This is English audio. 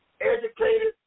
educated